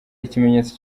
ikimenyetso